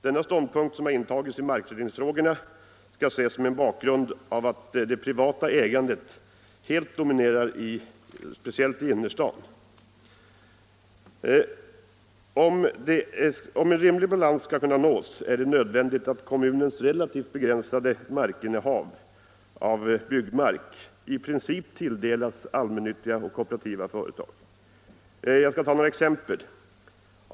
Denna ståndpunkt, som har intagits i markfördelningsfrågorna, skall ses mot bakgrund av att det privata ägandet helt dominerar särskilt i innerstaden. Om en rimlig balans skall kunna nås, är det nödvändigt att kommunens relativt begränsade innehav av byggmark i princip tilldelas allmännyttiga och kooperativa företag. Jag skall ta några exempel.